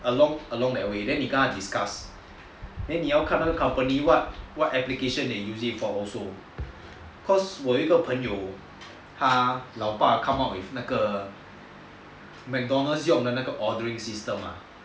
along that way then 你跟他 dicuss then 你要看那个 company what application they use it for also cause 我有一个朋友他老爸 come out with 那个 mcdonald's 用的 ordering system ah